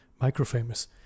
Microfamous